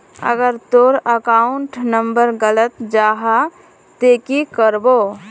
अगर तोर account number गलत जाहा ते की करबो?